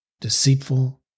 deceitful